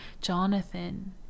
Jonathan